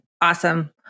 Awesome